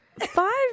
five